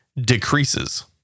decreases